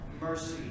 mercy